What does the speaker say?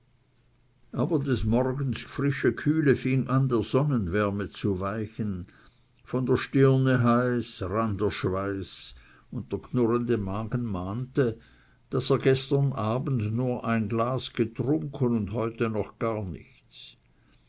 aber des morgens frische kühle fing an der sonnenwärme zu weichen von der stirne heiß rann der schweiß und der knurrende magen mahnte daß er gestern abend nur ein glas getrunken und heute noch gar nichts